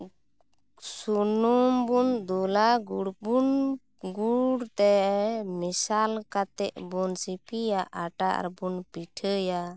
ᱥᱩᱱᱩᱢ ᱵᱚᱱ ᱫᱩᱞᱟ ᱜᱩᱲ ᱵᱚᱱ ᱜᱩᱲ ᱛᱮ ᱢᱮᱥᱟᱞ ᱠᱟᱛᱮ ᱵᱚᱱ ᱥᱤᱯᱤᱭᱟ ᱟᱴᱟ ᱟᱨᱵᱚᱱ ᱯᱤᱴᱷᱟᱹᱭᱟ